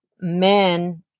men